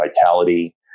vitality